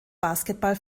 basketball